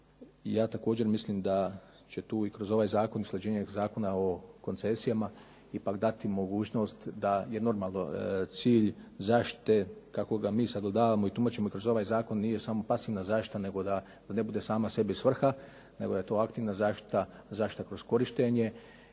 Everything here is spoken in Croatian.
ja također mislim da će tu i kroz ovaj zakon, usklađenje Zakona o koncesijama ipak dati mogućnost da je normalno cilj zaštite kako ga mi sad …/Govornik se ne razumije./… i tumačimo kroz ovaj zakon, nije samo pasivna zaštita nego da ne bude sama sebi svrha, nego da je to aktivna zaštita, zaštita kroz korištenje